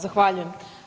Zahvaljujem.